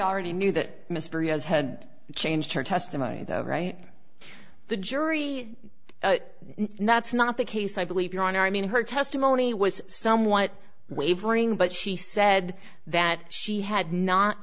already knew that mystery has had changed her testimony though right the jury knott's not the case i believe your honor i mean her testimony was somewhat wavering but she said that she had not